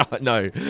No